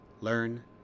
learn